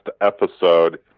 episode